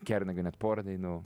kernagio net pora dainų